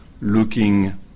looking